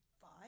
five